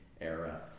era